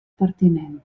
pertinent